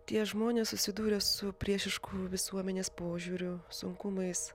tie žmonės susidūrė su priešišku visuomenės požiūriu sunkumais